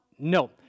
No